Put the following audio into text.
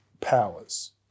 powers